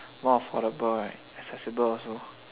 more affordable right accessible also